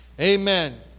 Amen